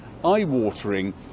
eye-watering